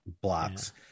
blocks